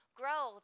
grow